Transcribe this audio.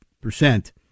percent